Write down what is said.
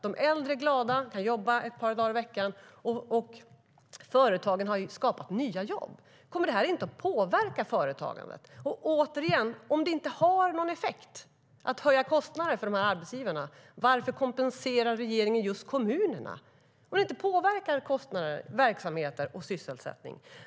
De äldre är glada - de kan jobba ett par dagar i veckan - och företagen har skapat nya jobb. Kommer det här inte att påverka företagandet? Återigen: Om det inte har någon effekt att höja kostnaderna för de här arbetsgivarna, varför kompenserar regeringen just kommunerna, om det inte påverkar kostnader, verksamheter och sysselsättning?